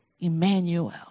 Emmanuel